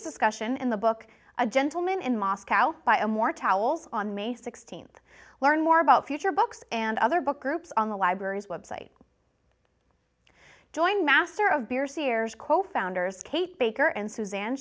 discussion in the book a gentleman in moscow buy a more towels on may sixteenth learn more about future books and other book groups on the library's website join master of beer sears co founders kate baker and suzanne